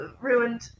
ruined